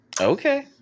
Okay